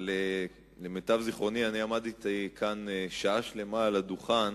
אבל למיטב זיכרוני אני עמדתי כאן שעה שלמה על הדוכן